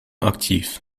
aktiv